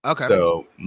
Okay